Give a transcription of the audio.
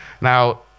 Now